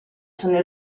sono